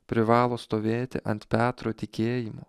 privalo stovėti ant petro tikėjimo